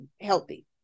healthy